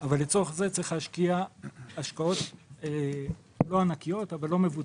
אבל לצורך זה צריך להשקיע השקעות לא מבוטלות